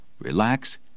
relax